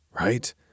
right